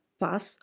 pass